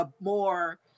more